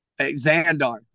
Xandar